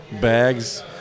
Bags